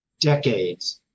decades